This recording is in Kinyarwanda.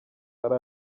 ari